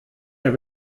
der